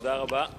תודה רבה.